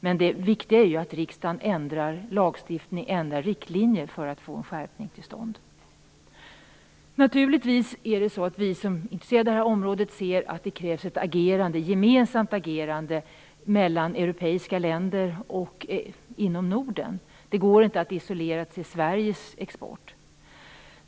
Men det viktiga är ju att riksdagen ändrar lagstiftning och riktlinjer för att få en skärpning till stånd. Naturligtvis ser vi som är intresserade av detta område att det krävs ett gemensamt agerande mellan europeiska länder och inom Norden. Det går inte att isolera detta till Sveriges export.